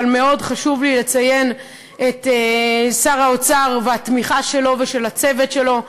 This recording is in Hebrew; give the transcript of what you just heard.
אבל מאוד חשוב לי לציין את שר האוצר והתמיכה שלו ושל הצוות שלו.